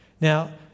Now